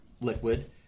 liquid